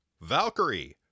Valkyrie